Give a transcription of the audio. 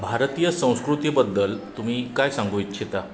भारतीय संस्कृतीबद्दल तुम्ही काय सांगू इच्छिता